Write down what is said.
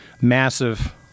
massive